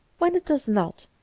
when it does not,